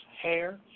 hair